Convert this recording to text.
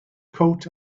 coat